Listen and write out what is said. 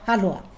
halwa